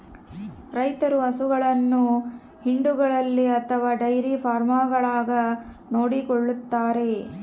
ರೈತರು ಹಸುಗಳನ್ನು ಹಿಂಡುಗಳಲ್ಲಿ ಅಥವಾ ಡೈರಿ ಫಾರ್ಮ್ಗಳಾಗ ನೋಡಿಕೊಳ್ಳುತ್ತಾರೆ